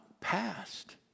past